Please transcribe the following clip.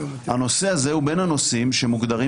הנושא הזה הוא בין הנושאים שמוגדרים